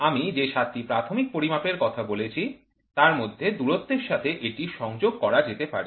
আমি যে সাতটি প্রাথমিক পরিমাপের কথা বলেছি তার মধ্যে দূরত্বের সাথে এটির সংযোগ করা যেতে পারে